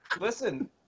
Listen